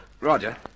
Roger